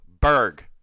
Berg